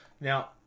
now